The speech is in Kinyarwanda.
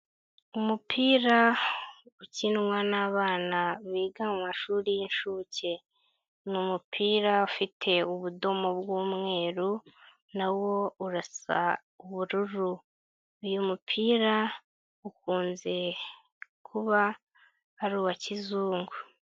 Umupira ukinwa n'abana biga mu mashuri y'inshuke. Ni umupira ufite ubudomo bw'umweru na wo urasa ubururu. Uyu mupira ukunze kuba ari uwa kizungu.